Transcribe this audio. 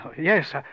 Yes